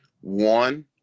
one